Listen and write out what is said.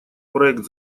проект